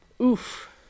oof